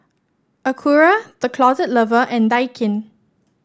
Acura The Closet Lover and Daikin